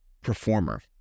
performer